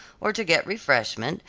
or to get refreshment,